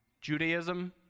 Judaism